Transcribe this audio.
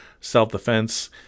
self-defense